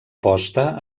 posta